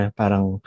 parang